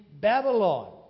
Babylon